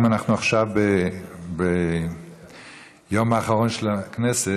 אם אנחנו עכשיו ביום האחרון של הכנסת,